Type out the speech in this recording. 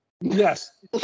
Yes